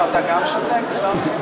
(שותק)